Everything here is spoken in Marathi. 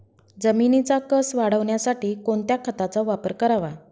जमिनीचा कसं वाढवण्यासाठी कोणत्या खताचा वापर करावा?